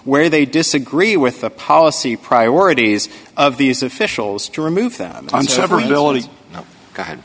where they disagree with the policy priorities of these officials to remove them on severa